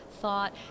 thought